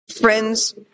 Friends